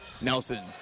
Nelson